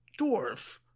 dwarf